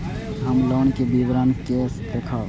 हम लोन के विवरण के देखब?